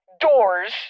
doors